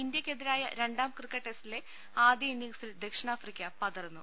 ഇന്ത്യക്കെതിരായ രണ്ടാം ക്രിക്കറ്റ് ടെസ്റ്റിലെ ആദ്യ ഇന്നിങ്ങ്സിൽ ദക്ഷിണാഫ്രിക്ക പതറുന്നു